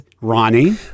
Ronnie